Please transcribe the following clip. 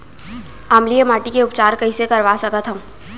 अम्लीय माटी के उपचार कइसे करवा सकत हव?